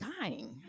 dying